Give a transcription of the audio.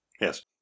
Yes